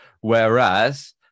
Whereas